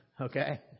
Okay